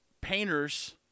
painters